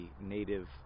native